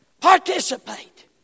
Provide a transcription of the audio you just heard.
Participate